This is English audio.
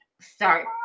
start